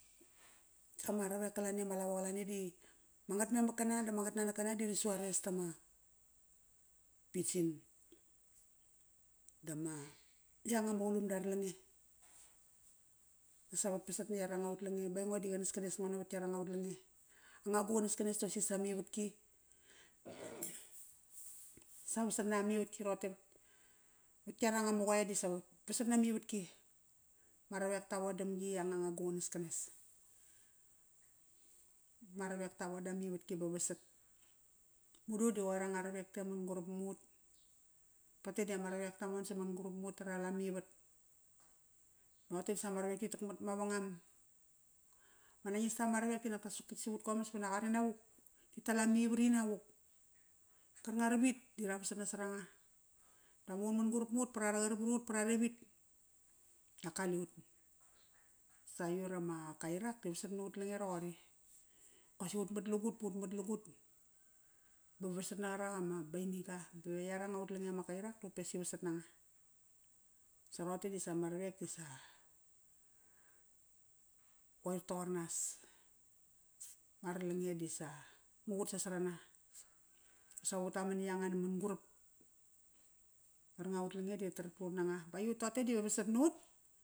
Ama ravek qalani ama lavo qalani di, ma ngatmemak kana dama ngatnanak qana di ri su ares tama pidgin dama, ianga ama qalumda ara lange. Sa vatpasat na iaranga ut lange ba aingo di qanaskanes ngo navat iaranga ut lange. Anga gu qanaskanes da qosaqi, sama ivatki. Sa vasat na mivatki roqote vat iaranga ma qoe disa vasat na mivatki. Ma ravek ta vodam gi. Anga, anga gu qanaskanes, ma ravek ta voda mivatki ba vasat. Madu di qoir anga ravek te mangurap mut. Toqote dama ravekta man samagurap mut da na ral amivat. Toqote di sama ravekti takmat mavangam. Ma nangista ma ravek di nak ta suktik savut qamas banak are navuk ti tal amivat inavuk. Qarkanga ravit di ravasat nasaranga tar muqun man-gurap mut ba ra raqar varut ba rare vit. Da kalut. Saiut ama Kairak di vasat nut lange raqori. Qosi ut mat lugut ba ut mat lugut ba vasat na qarak ama Bainiga bave iaranga ut lange ama Kairak diqopsisi vasat nanga. Sa roqote disama ravek disa qoir toqor nas. Ara lange disa nga qut sa sarana. Sa utaman na ianga naman-gurap. Qarkanga ut lange di ratarat prut nanga baiut toqote dive vasat nut.